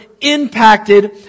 impacted